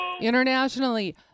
Internationally